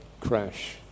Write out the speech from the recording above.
crash